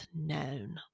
known